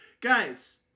Guys